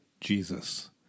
Jesus